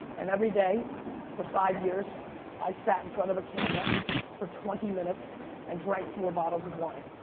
and every day for five years i sat in front of a camera for twenty minutes and drank four bottles of wine.